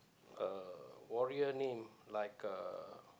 uh warrior name like uh